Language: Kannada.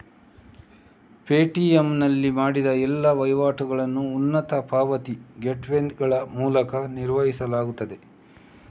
ಪೇಟಿಎಮ್ ನಲ್ಲಿ ಮಾಡಿದ ಎಲ್ಲಾ ವಹಿವಾಟುಗಳನ್ನು ಉನ್ನತ ಪಾವತಿ ಗೇಟ್ವೇಗಳ ಮೂಲಕ ನಿರ್ದೇಶಿಸಲಾಗುತ್ತದೆ